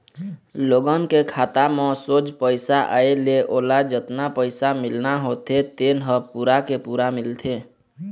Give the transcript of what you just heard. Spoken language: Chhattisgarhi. लोगन के खाता म सोझ पइसा आए ले ओला जतना पइसा मिलना होथे तेन ह पूरा के पूरा मिलथे